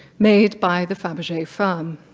made by the faberge firm.